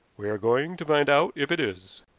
we are going to find out if it is.